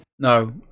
No